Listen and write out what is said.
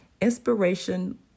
inspiration